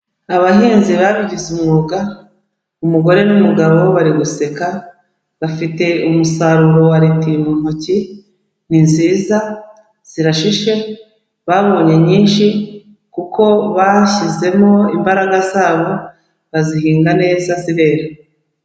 Abahinzi babigize umwuga umugore n'umugabo bari guseka bafite umusaruro wa reti mu ntoki, ni nziza zirashishe babonye nyinshi kuko bashyizemo imbaraga zabo bazihinga neza zirera.